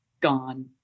gone